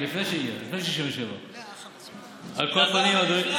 לפני 67'. על כל פנים, אדוני, לפני